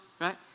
right